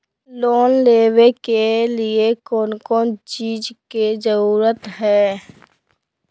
Loan लेबे के लिए कौन कौन चीज के जरूरत है?